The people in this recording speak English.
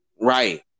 Right